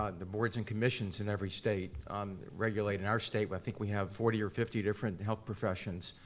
um the boards and commissions in every state regulate, in our state i think we have forty or fifty different health professions.